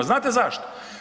Znate zašto?